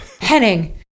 Henning